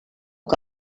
que